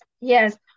Yes